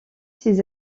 ses